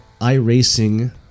iRacing